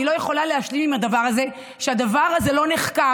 אני לא יכולה להשלים עם הדבר הזה שהדבר הזה לא נחקר,